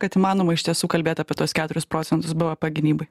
kad įmanoma iš tiesų kalbėt apie tuos keturis procentus bvp gynybai